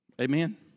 Amen